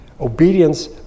Obedience